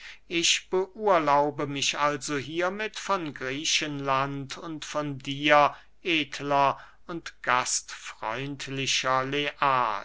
ich beurlaube mich also hiermit von griechenland und von dir edler und gastfreundlicher